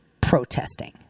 Protesting